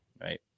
right